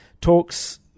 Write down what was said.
talks